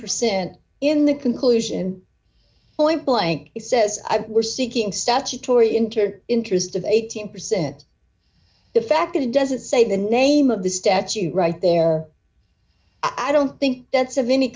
percent in the conclusion point blank he says i were seeking statutory inter interest of eighteen percent effective it doesn't say the name of the statute right there i don't think that's